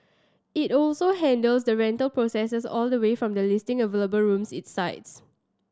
it also handles the rental process all the way from listing available rooms its sites